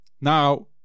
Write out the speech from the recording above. Now